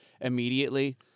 immediately